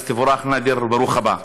אז תבורך, נאדר, ברוך הבא.